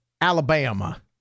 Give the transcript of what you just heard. Alabama